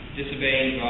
disobeying